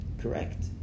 Correct